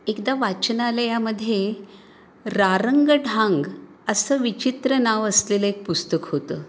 एकदा वाचनालयामध्ये रारंगढांग असं विचित्र नाव असलेलं एक पुस्तक होतं